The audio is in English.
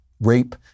rape